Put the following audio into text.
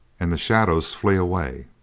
and the shadows flee away.